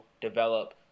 develop